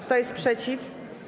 Kto jest przeciw?